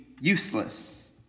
useless